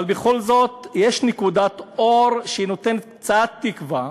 אבל בכל זאת יש נקודת אור שנותנת קצת תקווה: